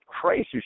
crazy